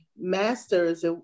master's